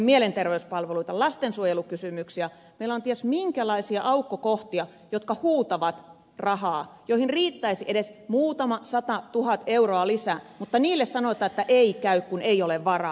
meillä on ties minkälaisia aukkokohtia jotka huutavat rahaa joihin riittäisi edes muutama sata tuhat euroa lisää mutta niille sanotaan että ei käy kun ei ole varaa